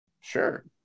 sure